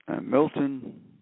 Milton